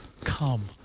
come